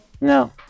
No